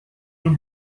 این